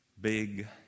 big